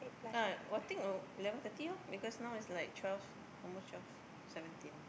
uh one thing eleven thirty loh because now is like twelve almost twelve seventeen